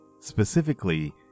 specifically